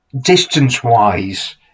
distance-wise